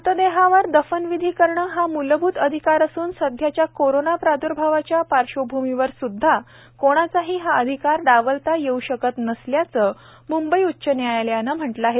मृतदेहावर दफनविधी करणं हा मूलभूत अधिकार असून सध्याच्या कोरोना प्रादर्भावाच्या पार्श्वभूमीवरसूद्धा कोणाचाही हा अधिकार डावलता येऊ शकत नसल्याचं म्ंबई उच्च न्यायालयानं म्हटलं आहे